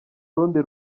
rundi